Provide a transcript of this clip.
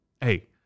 Hey